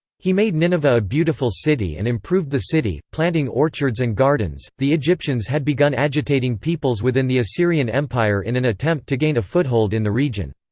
he made nineveh a beautiful city and improved the city, planting orchards and gardens the egyptians had begun agitating peoples within the assyrian empire in an attempt to gain a foothold in the region.